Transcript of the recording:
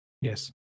yes